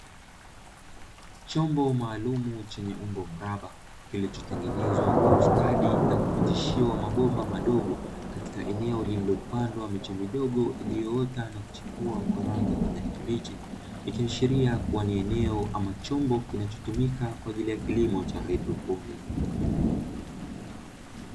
Chombo maalumu chenye umbo mraba, kilichotengenezwa kwa ustadi na kupitishiwa mabomba madogo, katika eneo lililopandwa miche midogo iliyoota na kuchipua kwa rangi ya kijani kibichi, ikishiria kuwa ni eneo ama chombo kinachotumika kwa ajili ya kilimo cha haidroponi.